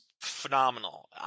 phenomenal